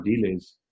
delays